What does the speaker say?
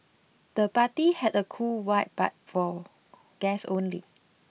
the party had a cool vibe but for guests only